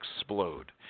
explode